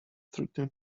thirty